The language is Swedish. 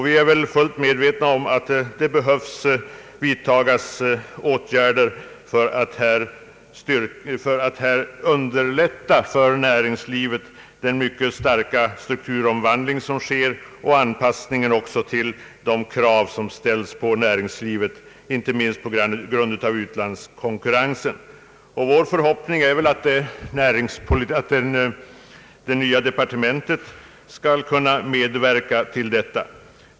Vi är fullt medvetna om att åtgärder behöver vidtas för att underlätta näringslivets omställningsproblem och anpassningen till de krav som inte minst på grund av utlandskonkurrensen ställs på näringslivet. Vår förhoppning är att det nya departementet skall kunna medverka till detta.